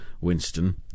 Winston